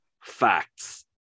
Facts